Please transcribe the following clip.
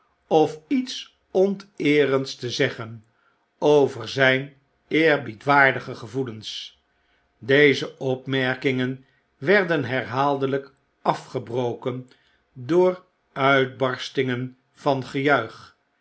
of iets onteererids te zeggen over zyn eerbiedwaardige gevoelens deze opmerkingen werden herhaaldelyk afgebroken door uitbarstingen van gejuich